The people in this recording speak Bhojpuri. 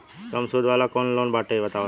कम सूद वाला कौन लोन बाटे बताव?